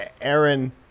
Aaron